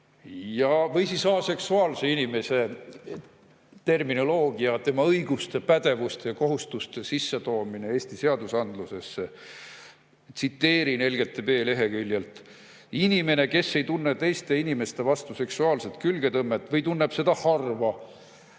Või aseksuaalse inimesega [seotud] terminoloogia, tema õiguste, pädevuste ja kohustuste sissetoomine Eesti seadusandlusesse. Tsiteerin LGBT leheküljelt: "Inimene, kes ei tunne teiste inimeste vastu seksuaalset külgetõmmet või tunneb seda harva,